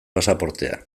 pasaportea